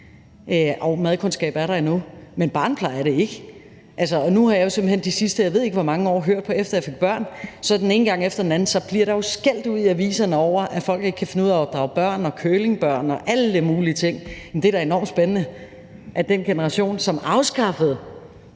jo, madkundskab er der endnu, men barnepleje er der ikke. Nu har jeg simpelt hen de sidste, jeg ved ikke hvor mange år – efter jeg fik børn – set den ene gang efter den anden, at der bliver skældt ud i aviserne over, at folk ikke kan finde ud af at opdrage børn, og curlingbørn og alle mulige ting. Det er da enormt spændende, at den generation, som afskaffede,